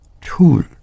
tool